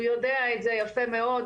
הוא יודע את זה יפה מאוד,